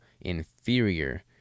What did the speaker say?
inferior